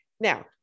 Now